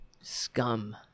Scum